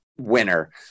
winner